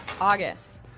August